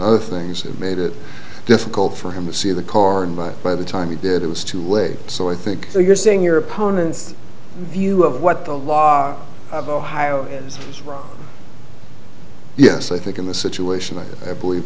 other things that made it difficult for him to see the car and by by the time he did it was too late so i think so you're saying your opponent's view of what the law of ohio is yes i think in the situation i believe